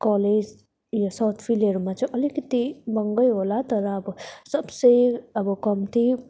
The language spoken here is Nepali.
कलेज यो साउथफिल्ड कलेजहरूमा चाहिँ अलिकति महँगो होला तर अब सबसे अब कम्ती